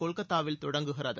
கொல்கத்தாவில் தொடங்குகிறது